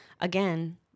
again